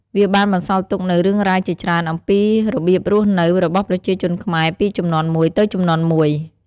វាបានបន្សល់ទុកនូវរឿងរ៉ាវជាច្រើនអំពីរបៀបរស់នៅរបស់ប្រជាជនខ្មែរពីជំនាន់មួយទៅជំនាន់មួយ។